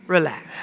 Relax